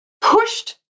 pushed